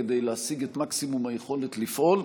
כדי להשיג את מקסימום היכולת לפעול.